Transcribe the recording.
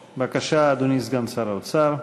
בבקשה, אדוני סגן שר האוצר.